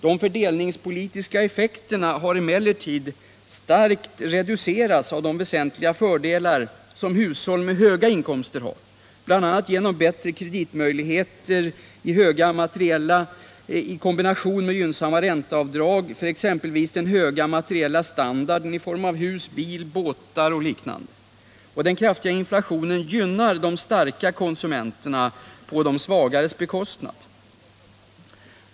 De fördelningspolitiska effekterna har emellertid starkt reducerats av de väsentliga fördelar som hushåll med höga inkomster har, bl.a. genom bättre kreditmöjligheter i kombination med gynnsamma ränteavdrag för exempelvis den höga materiella standarden i form av hus, bil, båt etc. Den kraftiga inflationen gynnar de starka konsumenterna på de svagares bekostnad.